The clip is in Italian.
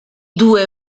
due